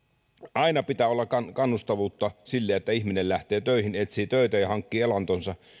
aina pitää olla kannustavuutta sille että ihminen lähtee töihin etsii töitä ja hankkii elantonsa